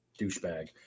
douchebag